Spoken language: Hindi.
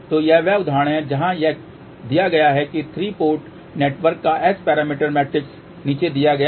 तो यह वह उदाहरण है जहां यह दिया गया है कि 3 पोर्ट नेटवर्क का S पैरामीटर मैट्रिक्स नीचे दिया गया है